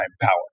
power